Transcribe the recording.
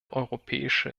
europäische